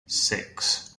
six